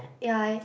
ya